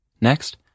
Next